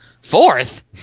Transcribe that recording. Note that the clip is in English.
fourth